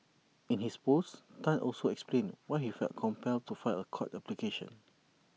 in his post Tan also explained why he felt compelled to file A court application